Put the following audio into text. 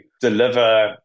deliver